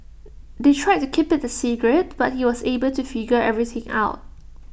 they tried to keep IT A secret but he was able to figure everything out